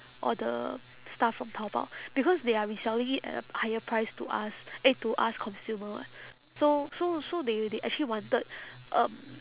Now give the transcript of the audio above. all the stuff from taobao because they are reselling it at a higher price to us eh to us consumer [what] so so so they they actually wanted um